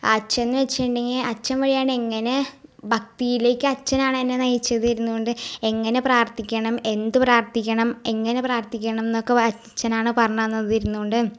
അച്ചൻന്ന് വെച്ചിട്ടുണ്ടെങ്കിൽ അച്ചൻ വഴിയാണ് എങ്ങനെ ഭക്തീലേക്കച്ചനാണെന്നെ നയിച്ചത് ഇരുന്നോണ്ട് എങ്ങനെ പ്രാത്ഥിക്കണം എന്ത് പ്രാർത്ഥിക്കണം എങ്ങനെ പ്രാർത്ഥിയ്ക്കണം എന്നൊക്കെ അച്ചനാണ് പറഞ്ഞ് തന്നത് ഇരുന്നോണ്ട്